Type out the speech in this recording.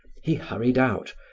he hurried out,